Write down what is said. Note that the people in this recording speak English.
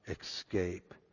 escape